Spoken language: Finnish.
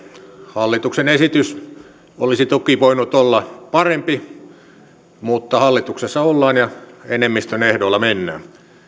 hallituksen esitys olisi toki voinut olla parempi mutta hallituksessa ollaan ja enemmistön ehdoilla mennään